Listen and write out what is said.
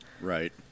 Right